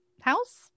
house